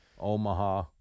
Omaha